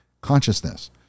consciousness